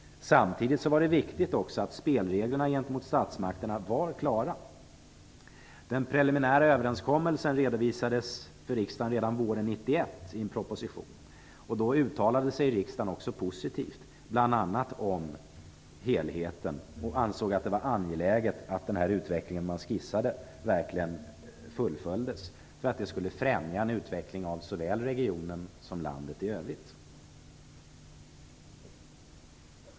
Samtidigt var det viktigt att spelreglerna gentemot statsmakterna var klara. Den preliminära överenskommelsen redovisades för riksdagen redan våren 1991 i en proposition. Riksdagen uttalade sig också positivt, bl.a. om helheten, och ansåg att det var angeläget att den utveckling man skissade verkligen fullföljdes eftersom det skulle främja en utveckling av såväl regionen som landet i övrigt.